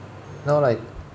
now like